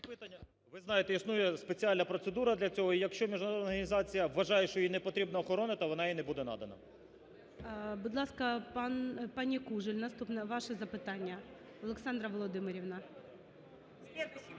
Ви знаєте, існує спеціальна процедура для цього, якщо міжнародна організація вважає, що їй не потрібна охорона, то вона і не буде надана. ГОЛОВУЮЧИЙ. Будь ласка, пані Кужель, наступне ваше запитання, Олександра Володимирівна.